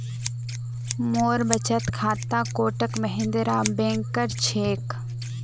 मोर बचत खाता कोटक महिंद्रा बैंकेर छिके